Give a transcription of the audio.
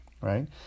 right